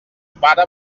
pare